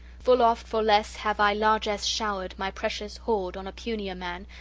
full oft for less have i largess showered, my precious hoard, on a punier man,